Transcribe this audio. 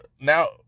now